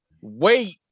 Wait